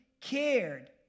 cared